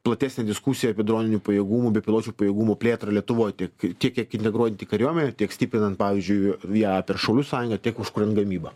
platesnę diskusiją apie droninių pajėgumų bepiločių pajėgumų plėtrą lietuvoj tiek tiek kiek integruojant į kariuomenę tiek stiprinant pavyzdžiui ją per šaulių sąjungą tiek užkuriant gamybą